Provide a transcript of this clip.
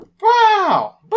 Wow